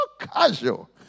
casual